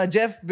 Jeff